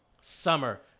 Summer